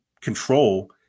control